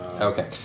Okay